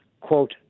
quote